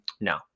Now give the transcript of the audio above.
No